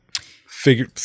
figure